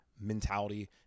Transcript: mentality